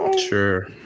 Sure